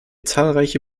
zahlreiche